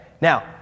Now